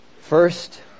First